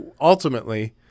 ultimately